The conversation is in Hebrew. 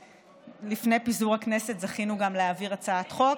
לפני פיזור הכנסת זכינו גם להעביר הצעת חוק.